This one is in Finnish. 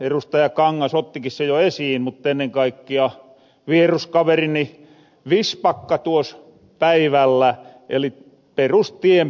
kangas ottikin sen jo esiin mutta ennen kaikkia vieruskaverini vistbacka tuos päivällä on perustienpito